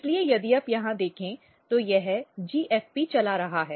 इसलिए यदि आप यहां देखें तो यह GFP चला रहा है